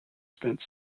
spent